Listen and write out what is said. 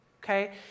Okay